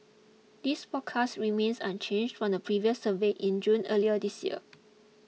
this forecast remains unchanged from the previous survey in June earlier this year